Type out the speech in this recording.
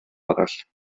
arall